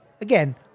again